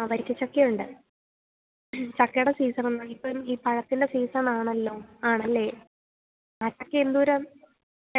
ആ വരിക്കച്ചക്ക ഉണ്ട് ചക്കയുടെ സീസണല്ല ഇപ്പം ഈ പഴത്തിന്റെ സീസണാണല്ലോ ആണല്ലേ ആ ചക്ക എന്തോരം